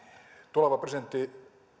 tuleva presidentti